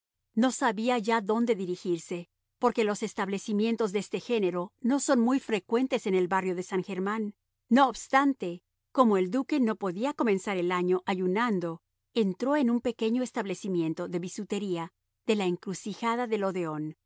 no sabía ya dónde dirigirse porque los establecimientos de este género no son muy frecuentes en el barrio de san germán no obstante como el duque no podía comenzar el año ayunando entró en un pequeño establecimiento de bisutería de la encrucijada del odeón donde